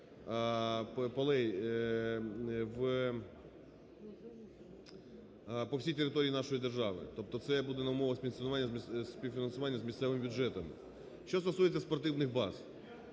полей по всій території нашої держави. Тобто це є умова співфінансування з місцевими бюджетами. Що стосується спортивних баз.